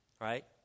right